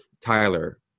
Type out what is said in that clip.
Tyler